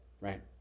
right